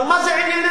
אבל מה זה ענייננו,